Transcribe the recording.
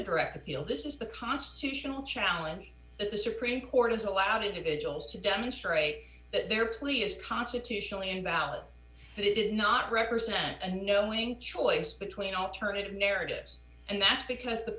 a direct appeal this is the constitutional challenge that the supreme court has allowed individuals to demonstrate that their plea is constitutionally invalid that it did not represent and knowing choice between alternative narratives and that because the